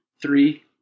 Three